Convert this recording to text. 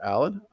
Alan